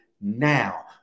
now